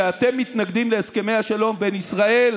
שאתם מתנגדים להסכמי השלום בין ישראל